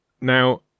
Now